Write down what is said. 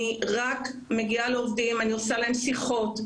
אני רק מגיעה לעובדים ואני עושה להם שיחות,